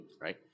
right